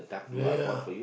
ya ya